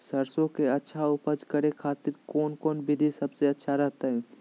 सरसों के अच्छा उपज करे खातिर कौन कौन विधि सबसे अच्छा रहतय?